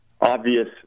obvious